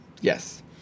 Yes